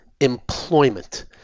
employment